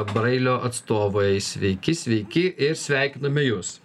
brailio atstovai sveiki sveiki ir sveikiname jus